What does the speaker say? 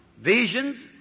Visions